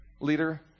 leader